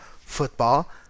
football